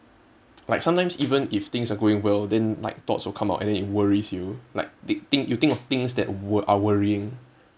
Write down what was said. like sometimes even if things are going well then like thoughts will come out and then it worries you like th~ thing you think of things that wo~ are worrying